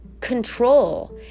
control